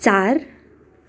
चार